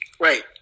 right